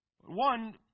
One